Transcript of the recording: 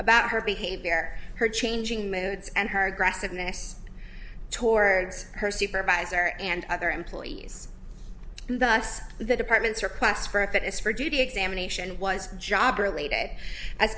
about her behavior her changing moods and her aggressiveness towards her supervisor and other employees thus the department's requests for if it is for duty examination was job related